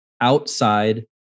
outside